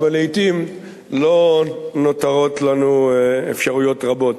אבל לעתים לא נותרות לנו אפשרויות רבות.